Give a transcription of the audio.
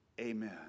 Amen